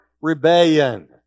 rebellion